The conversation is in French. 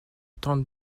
tente